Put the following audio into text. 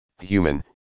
human